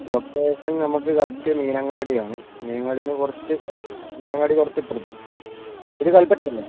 location നമുക്ക് correct Meenangadi ആണ് മീനങ്ങാടീന്ന് കുറച്ച് മീനങ്ങാടി കുറച്ച് ഇപ്പുറത്ത് ഇത് കല്പറ്റയല്ലേ